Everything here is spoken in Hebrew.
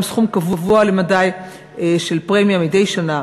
ישולם סכום קבוע למדי של פרמיה מדי שנה,